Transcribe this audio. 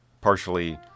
partially